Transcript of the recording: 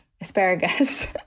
asparagus